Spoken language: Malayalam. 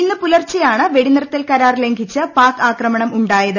ഇന്ന് പുലർച്ചെയാണ് വെടിനിർത്തൽ കരാർ ലംഘിച്ച് പാക് ആക്രമണം ഉണ്ടായത്